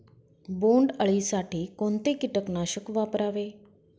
बोंडअळी साठी कोणते किटकनाशक वापरावे?